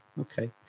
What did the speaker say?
Okay